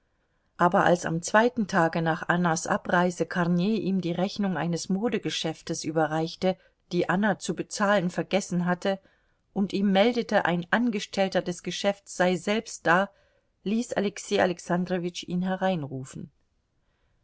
aber als am zweiten tage nach annas abreise kornei ihm die rechnung eines modegeschäfts überreichte die anna zu bezahlen vergessen hatte und ihm meldete ein angestellter des geschäfts sei selbst da ließ alexei alexandrowitsch ihn